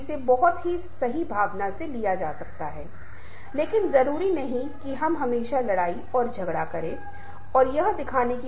और हमने अशाब्दिक घटकों के दो अलग अलग घटकों संचार शरीर की भाषा इशारों और मुद्राओं और चेहरे के भावों के बारे में बात की